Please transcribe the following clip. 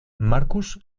marcus